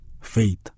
Faith